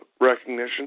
recognition